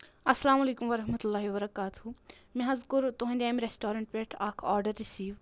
اَسلام علیکُم ورحمت اللہ وبرکاتہ مےٚ حظ کوٚر تُہنٛدِ اَمہِ ریسٹورنٛٹ پؠٹھ اکھ آرڈر رِسیٖو